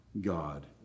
God